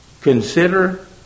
Consider